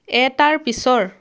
এটাৰ পিছৰ